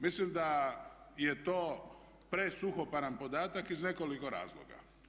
Mislim da je to presuhoparan podatak iz nekoliko razloga.